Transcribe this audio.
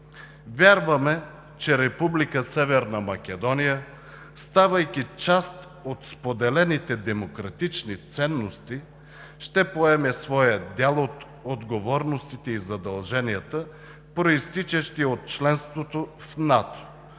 Северна Македония, ставайки част от споделените демократични ценности, ще поеме своя дял от отговорностите и задълженията, произтичащи от членството в НАТО,